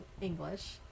english